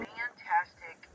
fantastic